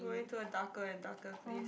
going to a darker and darker place